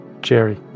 Jerry